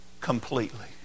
Completely